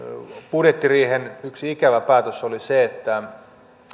budjettiriihen yksi ikävä päätös oli se että